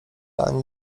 ani